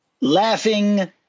Laughing